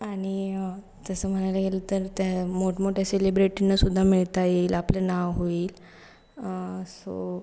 आणि तसं म्हणायला गेलं तर त्या मोठमोठ्या सेलिब्रेटीना सुद्धा मिळता येईल आपलं नाव होईल सो